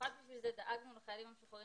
במיוחד לשם כך דאגנו לחיילים המשוחררים